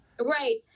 Right